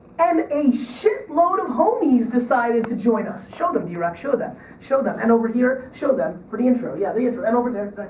and a shit load of homies decided to join us! show them, drock, show them, show them. and over here, show them, for the intro, yeah the intro, and over there,